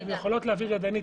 הן יכולות להעביר ידנית,